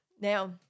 Now